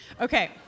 Okay